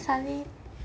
suddenly